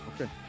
Okay